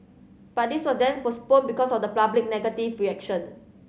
but this were then postponed because of the public negative reaction